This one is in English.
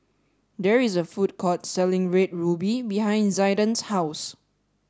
there is a food court selling red ruby behind Zaiden's house